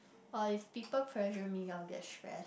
or if people pressure me I'll get stress